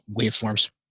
waveforms